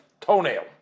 toenail